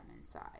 inside